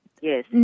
yes